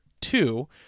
two